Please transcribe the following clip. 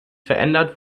verändert